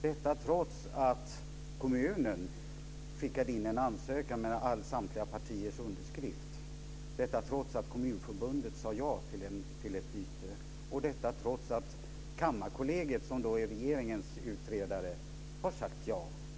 Detta trots att kommunen skickade in en ansökan med samtliga partiers underskrift. Detta trots att Kommunförbundet sade ja till ett byte. Detta trots att Kammarkollegiet, som är regeringens utredare, har sagt ja.